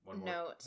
note